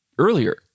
earlier